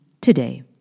today